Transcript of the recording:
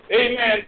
amen